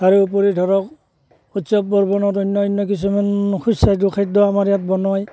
তাৰোপৰি ধৰক উৎসৱ পাৰ্বণত অন্যান্য কিছুমান সুস্বাদু খাদ্য আমাৰ ইয়াত বনায়